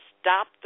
stop